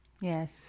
Yes